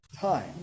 time